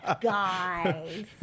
Guys